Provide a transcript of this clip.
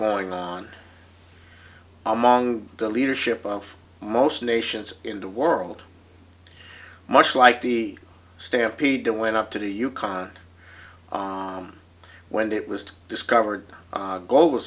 going on among the leadership of most nations in the world much like the stampede that went up to the yukon when it was discovered gold was